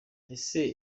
ese